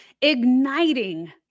igniting